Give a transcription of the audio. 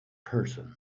person